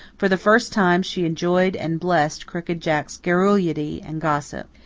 for the first time she enjoyed and blessed crooked jack's garrulity and gossip.